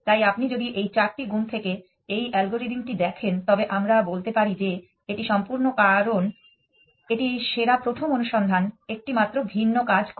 তাই আপনি যদি এই চারটি গুণ থেকে এই অ্যালগরিদম টি দেখেন তবে আমরা বলতে পারি যে এটি সম্পূর্ণ কারণ এটি সেরা প্রথম অনুসন্ধান একটি মাত্র ভিন্ন কাজ করে